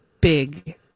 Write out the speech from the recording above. big